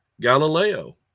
Galileo